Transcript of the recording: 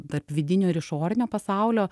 tarp vidinio ir išorinio pasaulio